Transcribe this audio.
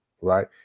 right